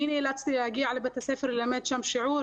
אני נאלצתי להגיע לבית הספר ללמד שם שיעור.